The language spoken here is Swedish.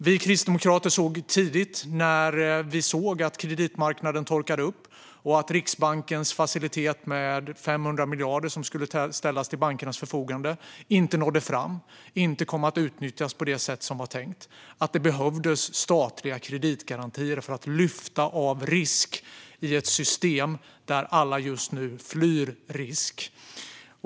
Vi kristdemokrater såg tidigt, när kreditmarknaden torkade upp och Riksbankens facilitet med 500 miljarder som skulle ställas till bankernas förfogande inte nådde fram och inte kom att utnyttjas på det sätt som var tänkt, att det behövdes statliga kreditgarantier för att lyfta bort risk i ett system där alla just nu flyr risk.